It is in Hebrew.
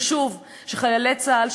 חשוב שחיילי צה"ל,